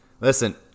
Listen